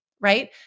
right